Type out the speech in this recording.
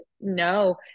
no